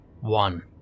One